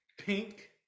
pink